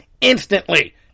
instantly